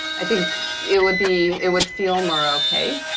i think it would be it would feel more okay.